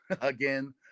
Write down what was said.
again